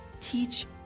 teach